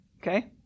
Okay